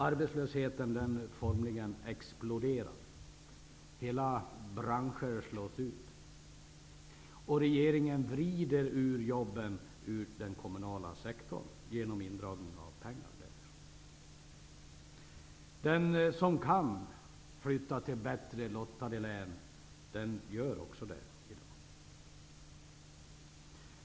Arbetslösheten formligen exploderar, hela branscher slås ut, och regeringen vrider jobben ur den kommunala sektorn genom indragning av pengar därifrån. Den som kan flyttar till bättre lottade län.